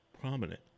prominent